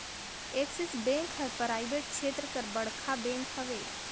axis bank हर private छेत्र कर बड़खा बेंक हवे